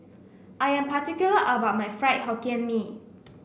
I am particular about my Fried Hokkien Mee